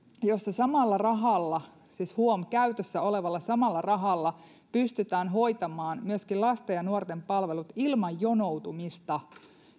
jossa samalla rahalla siis huom käytössä olevalla samalla rahalla pystytään hoitamaan lasten ja nuorten palvelut ilman jonoutumista